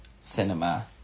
cinema